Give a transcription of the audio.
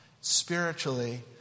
Spiritually